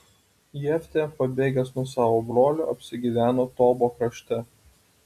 jeftė pabėgęs nuo savo brolių apsigyveno tobo krašte